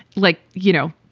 like, you know,